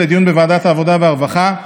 לדיון בוועדת העבודה והרווחה.